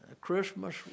Christmas